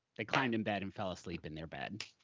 they climbed in bed and fell asleep in their bed.